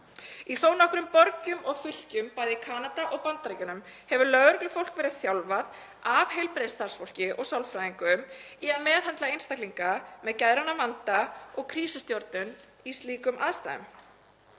Í þó nokkrum borgum og fylkjum í Kanada og Bandaríkjunum hefur lögreglufólk verið þjálfað af heilbrigðisstarfsfólki og sálfræðingum í að meðhöndla einstaklinga með geðrænan vanda og krísustjórnun í slíkum aðstæðum.